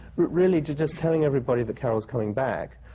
really, just telling everybody that carol's coming back.